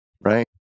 right